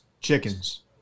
chickens